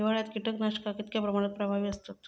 हिवाळ्यात कीटकनाशका कीतक्या प्रमाणात प्रभावी असतत?